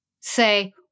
say